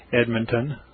Edmonton